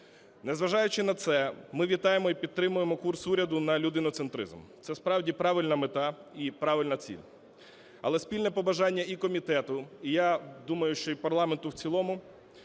Незважаючи на це, ми вітаємо і підтримуємо курс уряду на людиноцентризм. Це справді правильна мета і правильна ціль. Але спільне побажання і комітету, і я думаю, що і парламенту в цілому,